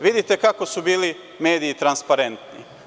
Vidite kako su bili mediji transparentni.